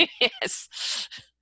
yes